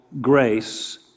grace